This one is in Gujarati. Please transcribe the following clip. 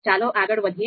ચાલો આગળ વધીએ